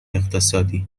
اقتصادی